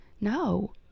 No